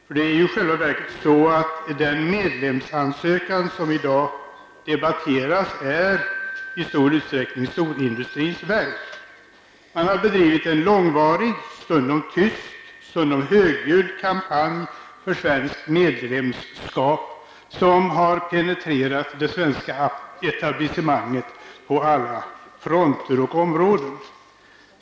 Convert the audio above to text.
För det är ju i själva verket så att den medlemsansökan som i dag debatteras är i stor utsträckning storindustrins verk. Man har bedrivit en långvarig, stundom tyst, stundom högljudd kampanj för svenskt medlemskap som har penetrerat det svenska etablissemanget på alla fronter och områden.